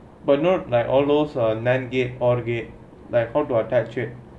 but not like all those ah nand gate or gate like how to attach it